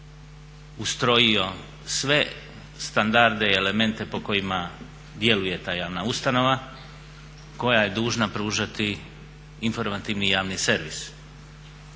ustrojio sve standarde i elemente po kojima djeluje ta javna ustanova koja je dužna pružati informativni javni servis.